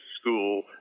school